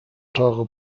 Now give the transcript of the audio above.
teure